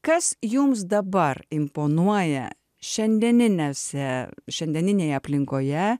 kas jums dabar imponuoja šiandieninėse šiandieninėje aplinkoje